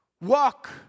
walk